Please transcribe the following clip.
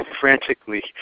frantically